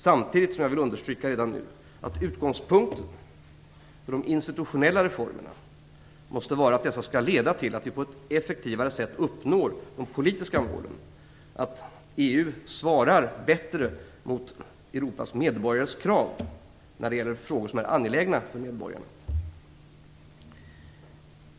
Samtidigt vill jag redan nu understryka att utgångspunkten för de institutionella reformerna måste vara att dessa skall leda till att vi på ett effektivare sätt uppnår de politiska målen, att EU svarar bättre mot Europas medborgares krav när det gäller frågor som är angelägna för dem.